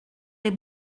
les